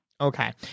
Okay